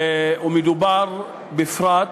מדובר בפרט